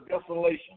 desolation